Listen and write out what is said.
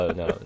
no